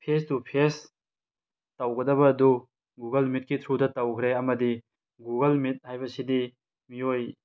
face to face ꯇꯧꯈꯗꯕ ꯑꯗꯨ Google ꯃꯤꯠꯀꯤ ꯊ꯭ꯔꯨꯗ ꯇꯧꯈ꯭ꯔꯦ ꯑꯃꯗꯤ ꯒꯨꯒꯜ ꯃꯤꯠ ꯍꯥꯏꯕꯁꯤꯗꯤ ꯃꯤꯑꯣꯏ